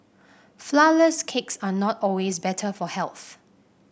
flourless cakes are not always better for health